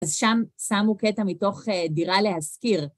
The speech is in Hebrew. אז שם שמו קטע מתוך דירה להשכיר.